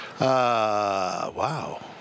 wow